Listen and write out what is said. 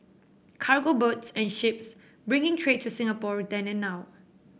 cargo boats and ships bringing trade to Singapore then and now